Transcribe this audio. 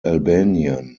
albanian